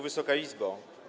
Wysoka Izbo!